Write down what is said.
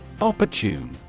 opportune